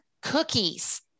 cookies